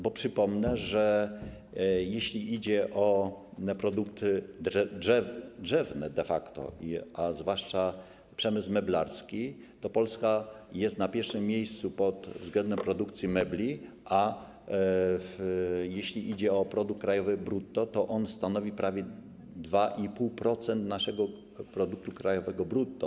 Bo przypomnę, że jeśli idzie de facto o produkty drzewne, a zwłaszcza o przemysł meblarski, to Polska jest na pierwszym miejscu pod względem produkcji mebli, a jeśli idzie o produkt krajowy brutto, to stanowi on prawie 2,5% naszego produktu krajowego brutto.